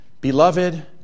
Beloved